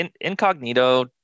Incognito